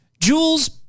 jules